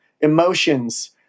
emotions